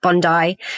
Bondi